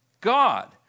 God